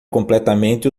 completamente